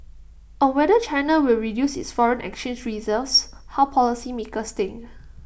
on whether China will reduce its foreign exchange reserves how policymakers think